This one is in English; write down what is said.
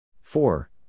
four